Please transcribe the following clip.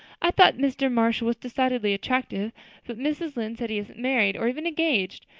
i thought mr. marshall was decidedly attractive but mrs. lynde says he isn't married, or even engaged,